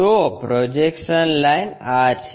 તો projection line આ છે